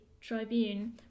Tribune